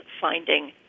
finding